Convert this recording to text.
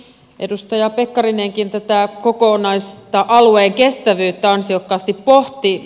edustaja pekkarinenkin tätä kokonaista alueen kestävyyttä ansiokkaasti pohti